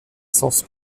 sens